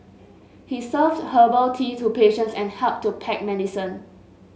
he served herbal tea to patients and helped to pack medicine